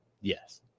Yes